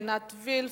עינת וילף,